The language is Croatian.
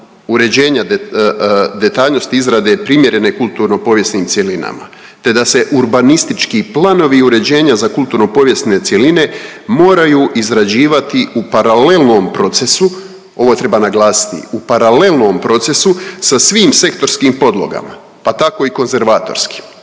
uređenja detaljnosti izrade primjerene kulturno povijesnim cjelinama te da se urbanistički planovi uređenja za kulturno-povijesne cjeline moraju izrađivati u paralelnom procesu, ovo treba naglasiti, u paralelnom procesu sa svim sektorskim podlogama, pa tako i konzervatorskim,